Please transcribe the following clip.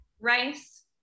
Rice